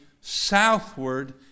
southward